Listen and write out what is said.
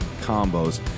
combos